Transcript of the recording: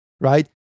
right